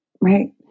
right